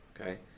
okay